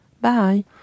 Bye